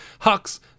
Hux